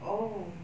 oh